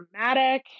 dramatic